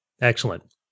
Excellent